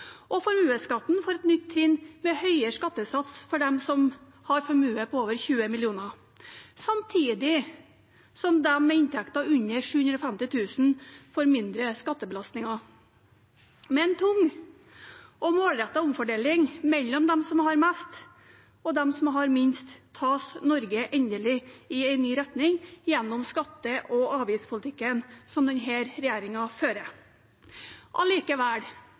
et nytt trinn med høyere skattesats for dem som har formue på over 20 mill. kr – samtidig som de med inntekter under 750 000 kr får mindre skattebelastninger. Med en tung og målrettet omfordeling mellom dem som har mest, og dem som har minst, tas Norge endelig i en ny retning gjennom skatte- og avgiftspolitikken som denne regjeringen fører. Allikevel: